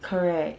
correct